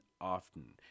often